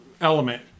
element